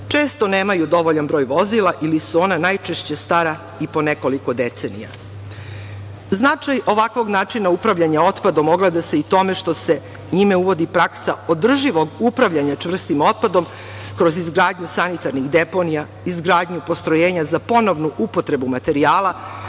često nemaju dovoljan broj vozila ili su ona najčešće stara i po nekoliko decenija. Značaj ovakvog načina upravljanja otpadom ogleda se i u tome što se njime uvodi praksa održivog upravljanja čvrstim otpadom kroz izgradnju sanitarnih deponija, izgradnju postrojenja za ponovnu upotrebu materijala,